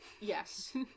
Yes